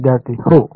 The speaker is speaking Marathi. विद्यार्थी हो कारण